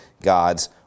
God's